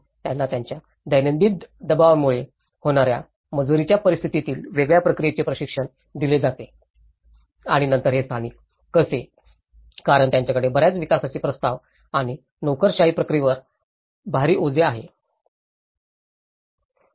म्हणूनच त्यांना त्यांच्या दैनंदिन दबावामुळे होणार्या मंजुरीच्या परिस्थितीतील वेगळ्या प्रक्रियेचे प्रशिक्षण दिले जाते आणि नंतर हे स्थानिक कसे कारण त्यांच्याकडे बर्याच विकासाचे प्रस्ताव आणि नोकरशाही प्रक्रियेवर भारी ओझे आहे